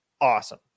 awesome